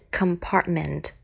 compartment